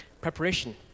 preparation